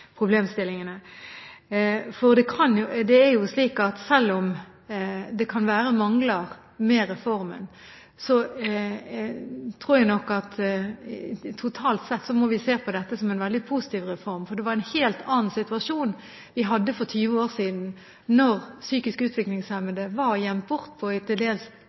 Selv om det kan være mangler ved reformen, tror jeg vi totalt sett må se på dette som en veldig positiv reform. Det var en helt annen situasjon vi hadde for 20 år siden, da psykisk utviklingshemmede var gjemt bort på